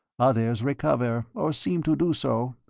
others recover, or seem to do so.